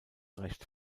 recht